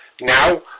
Now